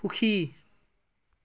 সুখী